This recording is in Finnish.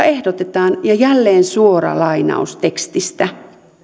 ehdotetaan jälleen suora lainaus tekstistä